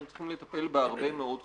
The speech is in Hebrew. אנחנו צריכים לטפל בהרבה מאוד חוליות.